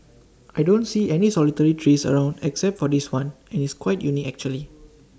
I don't see any solitary trees around except for this one and it's quite unique actually